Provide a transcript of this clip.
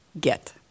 get